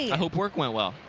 hope work went well.